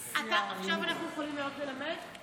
עכשיו אנחנו יכולים לעלות לנמק?